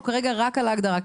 או רק על ההגדרה כרגע,